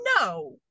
no